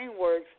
works